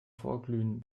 vorglühen